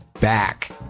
back